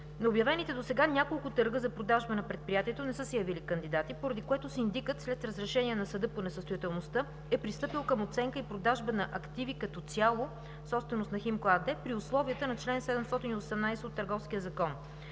На обявените досега няколко търга за продажба на предприятието не са се явили кандидати, поради което синдикът, след разрешение на съда по несъстоятелността, е пристъпил към оценка и продажба на активи като цяло собственост на „Химко” АД при условията на чл. 718 от Търговския закон.